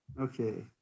Okay